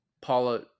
paula